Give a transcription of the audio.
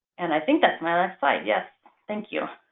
and i think that's my last slide. yes. thank you.